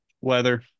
weather